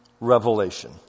revelation